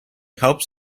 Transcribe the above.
helps